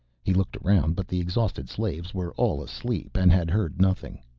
he looked around but the exhausted slaves were all asleep and had heard nothing.